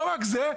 לא רק זה,